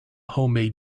homemade